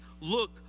look